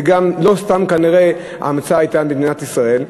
זה גם לא סתם, כנראה, שההמצאה הייתה במדינת ישראל.